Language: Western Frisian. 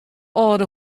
âlde